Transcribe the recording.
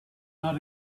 not